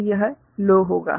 तो यह लो होगा